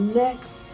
next